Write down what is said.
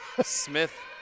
Smith